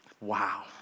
Wow